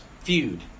feud